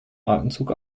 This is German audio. atemzug